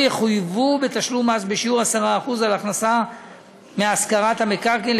או יחויבו בתשלום מס בשיעור 10% על ההכנסה מהשכרת המקרקעין,